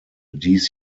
dies